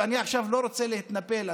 ואני עכשיו לא רוצה להתנפל,